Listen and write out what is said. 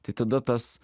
tai tada tas